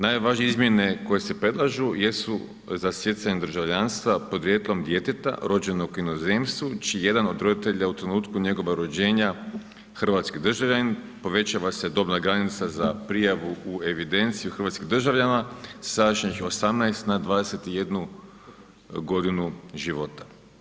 Najvažnije izmjene koje se predlažu jesu za stjecanje državljanstva podrijetlom djeteta rođenog u inozemstvu čiji jedan od roditelja u trenutku njegova rođenja hrvatski državljanin, povećava se dobna granica za prijavu u evidenciju hrvatskih državljana sa sadašnjih 18 na 21 g. života.